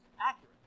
accurate